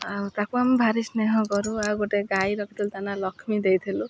ଆଉ ତାକୁ ଆମେ ଭାରି ସ୍ନେହ କରୁ ଆଉ ଗୋଟେ ଗାଈ ରଖିଥିଲୁ ତା ନାଁ ଲକ୍ଷ୍ମୀ ଦେଇଥିଲୁ